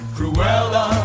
Cruella